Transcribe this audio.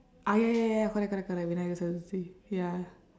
ah ya ya ya correct correct correct vinayagar sathurthi ya